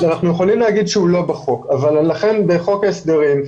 אנחנו יכולים להגיד שהוא לא בחוק אבל לכן הוא בחוק ההסדרים.